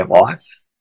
life